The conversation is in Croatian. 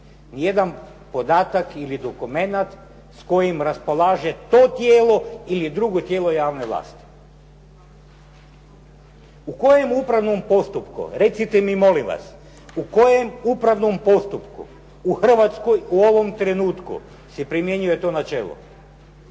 jedan podatak ili dokumenat s kojim raspolaže to tijelo ili drugo tijelo javne vlasti. U kojem upravno postupku, recite mi molim vas, u kojem upravnom postupku u Hrvatskoj u ovom trenutku se primjenjuje to načelo?